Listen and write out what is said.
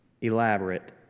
Elaborate